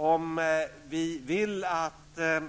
Om vi vill att